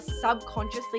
subconsciously